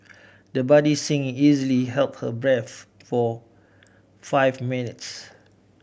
the budding singer easily held her breath for five minutes